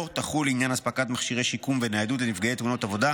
תחול לעניין אספקת מכשירי שיקום וניידות לנפגעי תאונות עבודה,